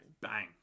Bang